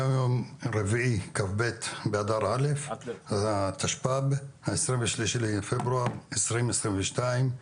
היום יום רביעי כ"ב באדר א' התשפ"ב ה-23 בפברואר 2022,